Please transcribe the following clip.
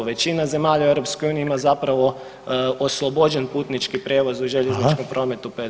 Većina zemalja u EU ima zapravo oslobođen putnički prijevoz [[Upadica: Hvala.]] u željezničkom prometu PDV-a.